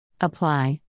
Apply